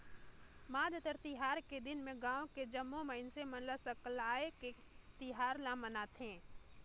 मातर तिहार के दिन में गाँव के जम्मो मइनसे मन सकलाये के तिहार ल मनाथे